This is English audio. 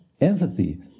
Empathy